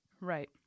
Right